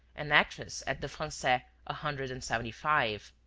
an actress at the francais a hundred and seventy-five.